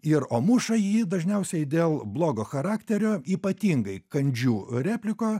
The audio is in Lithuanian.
ir o muša jį dažniausiai dėl blogo charakterio ypatingai kandžių replikų